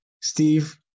Steve –